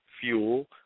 fuel